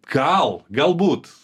gal galbūt